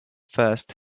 first